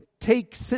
take